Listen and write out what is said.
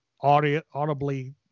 audibly